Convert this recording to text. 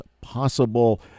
possible